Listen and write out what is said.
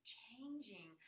changing